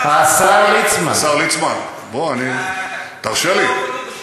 השר ליצמן, בוא, תרשה לי,